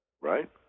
right